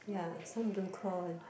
ya some don't crawl one